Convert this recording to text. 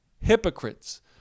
hypocrites